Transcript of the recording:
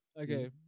Okay